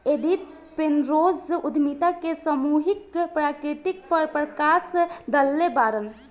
Edith Penrose उद्यमिता के सामूहिक प्रकृति पर प्रकश डलले बाड़न